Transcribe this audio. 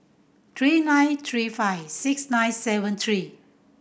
three nine three five six nine seven three